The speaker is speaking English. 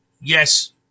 yes